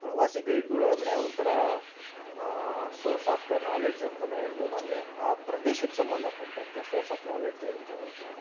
washing ಗೈಡ್ಗಳು ಅಂದರೆ ಒಂದು ಥರ ಸೋರ್ಸ್ ಆಫ್ ದ ನಾಲೆಡ್ಜ್ ಅಂತಲೇ ಹೇಳ್ಬೋದು ಅಂದರೆ ಆ ಪ್ರದೇಶಕ್ಕೆ ಸಂಬಂಧಪಟ್ಟಂತೆ ಸೋರ್ಸ್ ಆಫ್ ನಾಲೆಡ್ಜ್ ಇರುತ್ತೆ ಅವರತ್ರ